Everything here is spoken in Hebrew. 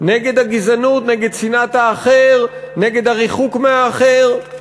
נגד הגזענות, נגד שנאת האחר, נגד הריחוק מהאחר.